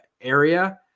area